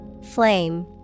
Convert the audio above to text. flame